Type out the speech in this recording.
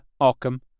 Ockham